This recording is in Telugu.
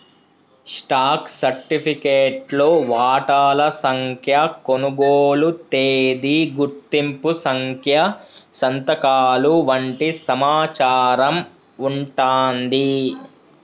స్టాక్ సర్టిఫికేట్లో వాటాల సంఖ్య, కొనుగోలు తేదీ, గుర్తింపు సంఖ్య సంతకాలు వంటి సమాచారం వుంటాంది